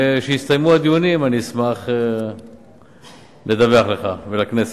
כשיסתיימו הדיונים אני אשמח לדווח לך ולכנסת.